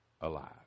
alive